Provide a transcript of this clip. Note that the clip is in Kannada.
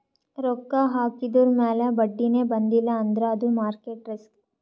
ರೊಕ್ಕಾ ಹಾಕಿದುರ್ ಮ್ಯಾಲ ಬಡ್ಡಿನೇ ಬಂದಿಲ್ಲ ಅಂದ್ರ ಅದು ಮಾರ್ಕೆಟ್ ರಿಸ್ಕ್